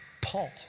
Paul